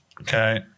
Okay